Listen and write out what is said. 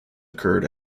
occurred